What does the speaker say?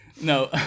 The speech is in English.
No